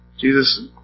Jesus